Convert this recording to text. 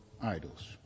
idols